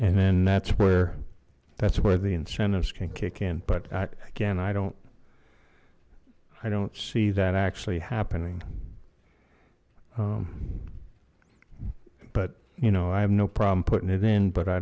and then that's where that's where the incentives can kick in but again i don't i don't see that actually happening but you know i have no problem putting it in but i